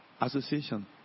association